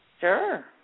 Sure